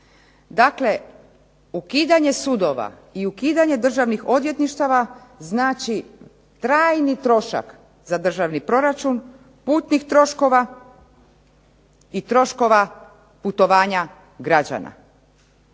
Dakle ukidanje sudova i ukidanje državnih odvjetništava znači trajni trošak za državni proračun, putnih troškova, i troškova putovanja građana,